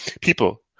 People